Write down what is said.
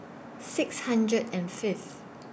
six hundred and Fifth